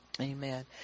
amen